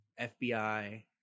FBI